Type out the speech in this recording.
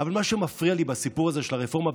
אבל מה שמפריע לי בסיפור הזה של הרפורמה,